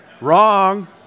Wrong